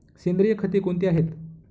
सेंद्रिय खते कोणती आहेत?